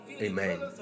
Amen